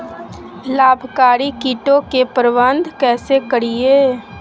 लाभकारी कीटों के प्रबंधन कैसे करीये?